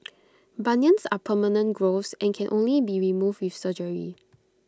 bunions are permanent growths and can only be removed with surgery